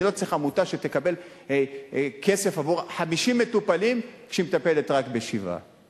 אני לא צריך עמותה שתקבל כסף עבור 50 מטופלים כשהיא מטפלת רק בשבעה.